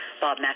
Bob